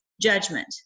judgment